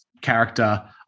character